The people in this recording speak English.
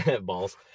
balls